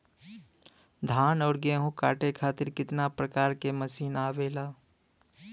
धान और गेहूँ कांटे खातीर कितना प्रकार के मशीन आवेला?